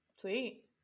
Sweet